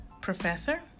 professor